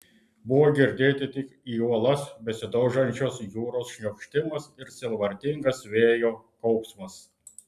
buvo girdėti tik į uolas besidaužančios jūros šniokštimas ir sielvartingas vėjo kauksmas